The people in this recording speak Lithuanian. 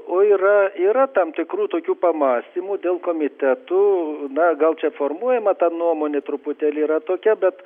o yra yra tam tikrų tokių pamąstymų dėl komitetų na gal čia formuojama ta nuomonė truputėlį yra tokia bet